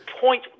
point